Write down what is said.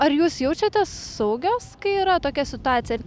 ar jūs jaučiatės saugios kai yra tokia situacija ir dabar labiau pasisaugoti